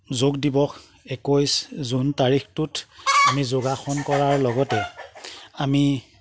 যোগ দিৱস একৈছ জুন তাৰিখটোত আমি যোগাসন কৰাৰ লগতে আমি